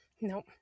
Nope